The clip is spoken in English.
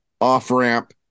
off-ramp